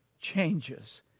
changes